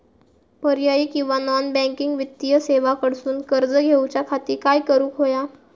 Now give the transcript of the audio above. पर्यायी किंवा non banking वित्तीय सेवा कडसून कर्ज घेऊच्या खाती काय करुक होया?